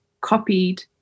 copied